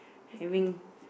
having